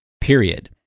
period